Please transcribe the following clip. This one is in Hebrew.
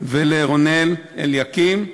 ולרונן אליקים.